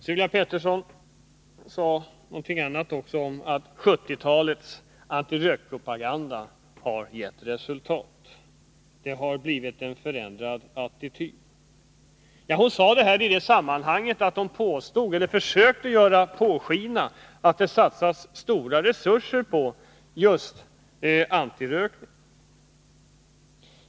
Sylvia Pettersson sade något om att 1970-talets antirökpropaganda har gett resultat, att det har blivit en förändrad attityd. Hon försökte låta påskina att det satsas stora resurser på just antirökning.